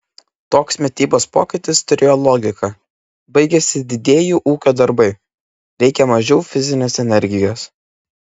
toks mitybos pokytis turėjo logiką baigėsi didieji ūkio darbai reikia mažiau fizinės energijos